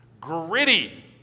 gritty